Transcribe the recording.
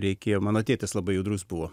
reikėjo mano tėtis labai judrus buvo